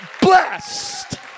blessed